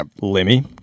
lemmy